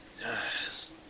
Yes